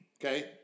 Okay